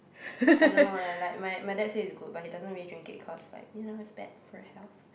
I don't know leh like my my dad say it's good but he doesn't really drink it cause like you know it's bad for health